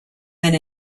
and